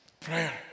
prayer